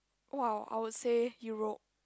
!wow! I would say Europe